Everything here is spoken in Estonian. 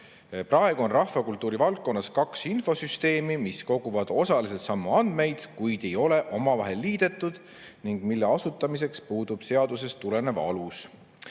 Praegu on rahvakultuuri valdkonnas kaks infosüsteemi, mis koguvad osaliselt samu andmeid, kuid ei ole omavahel liidetud, ning nende asutamiseks on puudunud seadusest tulenev alus.